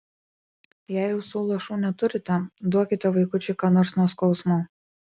jei ausų lašų neturite duokite vaikučiui ką nors nuo skausmo